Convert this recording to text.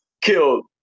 killed